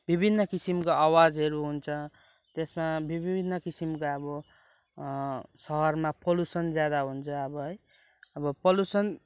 विभिन्न किसिमको आवाजहरू हुन्छ त्यसमा विभिन्न किसिमको अब सहरमा पल्युसन ज्यादा हुन्छ अब है अब पल्युसन